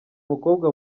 mukobwa